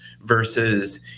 versus